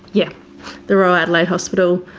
yeah the royal adelaide hospital,